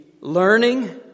learning